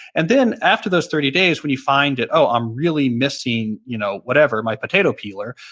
and then, after those thirty days, when you find that, oh, i'm really missing you know whatever, my potato peeler.